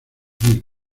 mil